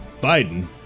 Biden